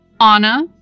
Anna